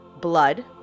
blood